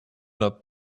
not